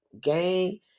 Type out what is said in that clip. gang